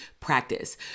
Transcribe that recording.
practice